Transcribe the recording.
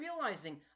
realizing